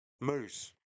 moose